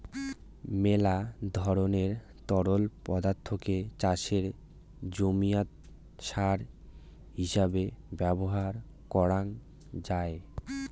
মেলা ধরণের তরল পদার্থকে চাষের জমিয়াত সার হিছাবে ব্যবহার করাং যাই